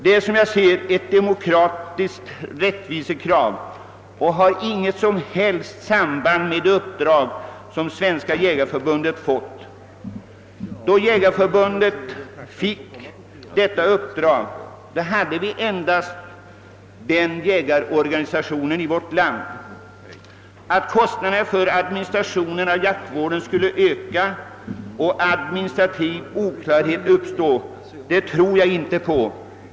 Detta är som jag ser det ett demokratiskt rättvisekrav och har inget som helst samband med det uppdrag som Svenska jägareförbundet fått. När Svenska jägareförbundet fick det nämnda uppdraget fanns endast denna jägarorganisation i vårt land. Att kostnaderna för administrationen av jaktvården skulle öka och administrativ oklarhet uppstå tror jag inte på.